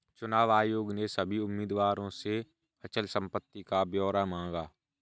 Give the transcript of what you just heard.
चुनाव आयोग ने सभी उम्मीदवारों से अचल संपत्ति का ब्यौरा मांगा